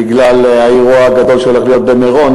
בגלל האירוע הגדול שהולך להיות במירון,